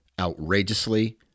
outrageously